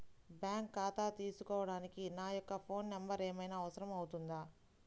Bank ఖాతా తీసుకోవడానికి నా యొక్క ఫోన్ నెంబర్ ఏమైనా అవసరం అవుతుందా?